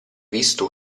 visto